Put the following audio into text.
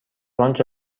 آنچه